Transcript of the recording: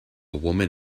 woman